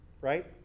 Right